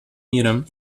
миром